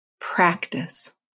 Practice